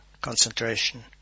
concentration